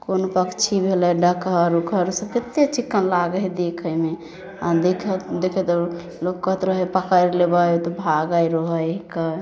कोनो पक्षी भेलै डकहर उकहर सभ कत्ते चिक्कन लागै हइ देखैमे आ देखैत देखैत लोक कहैत रहै पकैड़ लेबै तऽ भागै रहै हिके